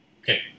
okay